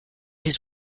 his